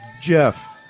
Jeff